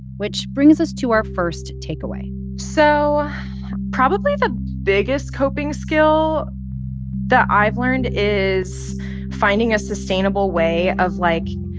which brings us to our first takeaway so probably the biggest coping skill that i've learned is finding a sustainable way of, like,